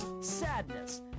Sadness